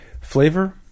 Flavor